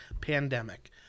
pandemic